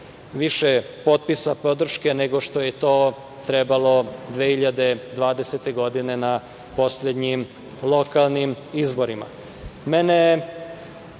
više potpisa podrške, nego što je to trebalo 2020. godine na poslednjim lokalnim izborima. Mene